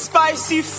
Spicy